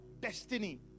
destiny